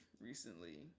recently